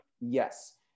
Yes